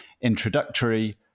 introductory